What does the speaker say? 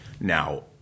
Now